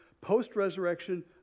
post-resurrection